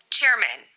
chairman